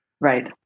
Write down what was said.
Right